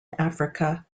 africa